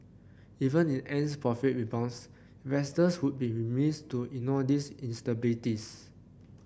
even if Ant's profit rebounds investors would be remiss to ignore these instabilities